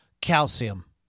calcium